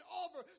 over